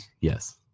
Yes